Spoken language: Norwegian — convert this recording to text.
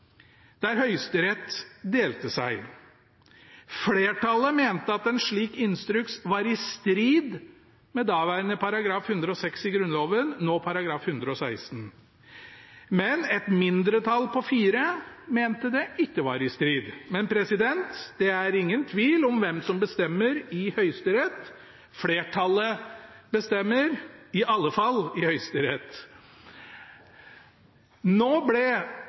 der Høyesterett delte seg. Flertallet mente at en slik instruks var i strid med daværende § 106 i Grunnloven, nå § 116, men et mindretall på fire mente det ikke var i strid. Men det er ingen tvil om hvem som bestemmer i Høyesterett: Flertallet bestemmer – i alle fall i Høyesterett. Nå ble